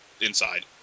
inside